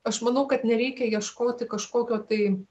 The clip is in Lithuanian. aš manau kad nereikia ieškoti kažkokio tai